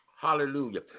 Hallelujah